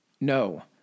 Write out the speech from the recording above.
No